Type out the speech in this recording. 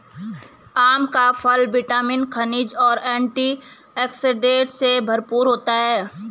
आम का फल विटामिन, खनिज और एंटीऑक्सीडेंट से भरपूर होता है